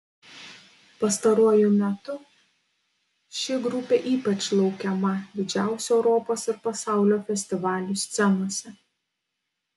pastaruoju metu ši grupė ypač laukiama didžiausių europos ir pasaulio festivalių scenose